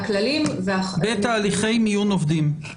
בתהליכי מיון עובדים.